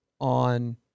on